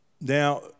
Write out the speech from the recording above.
Now